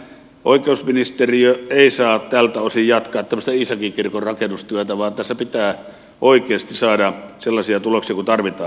oikeusministeriö ei saa tältä osin jatkaa tämmöistä iisakinkirkon rakennustyötä vaan tässä pitää oikeasti saada sellaisia tuloksia kuin tarvitaan